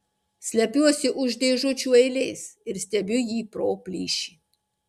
slepiuosi už dėžučių eilės ir stebiu jį pro plyšį